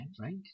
right